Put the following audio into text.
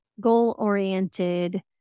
goal-oriented